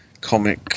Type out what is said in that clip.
Comic